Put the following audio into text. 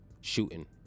Shooting